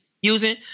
using